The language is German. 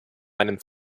einem